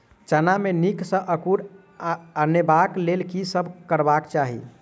चना मे नीक सँ अंकुर अनेबाक लेल की सब करबाक चाहि?